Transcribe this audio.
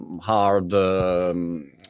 hard